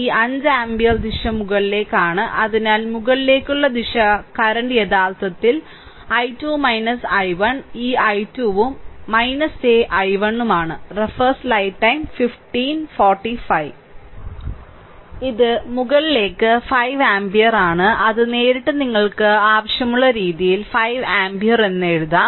ഈ 5 ആമ്പിയർ ദിശ മുകളിലേക്കാണ് അതിനാൽ മുകളിലേക്കുള്ള ദിശ കറന്റ് യഥാർത്ഥത്തിൽ i2 i1 ഈ i2 ഉം - a i1 ഉം ആണ് ഇത് മുകളിലേക്ക് 5 ആമ്പിയർ ആണ് അത് നേരിട്ട് നിങ്ങൾക്ക് ആവശ്യമുള്ള രീതിയിൽ 5 ആമ്പിയർ എന്ന് എഴുതാം